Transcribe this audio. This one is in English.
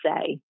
say